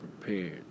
prepared